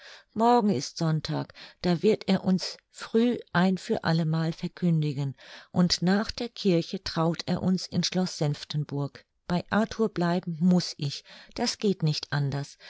morgen ist sonntag da wird er uns früh ein für alle mal verkündigen und nach der kirche traut er uns in schloß senftenburg bei arthur bleiben muß ich das geht nicht anders